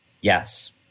Yes